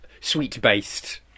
sweet-based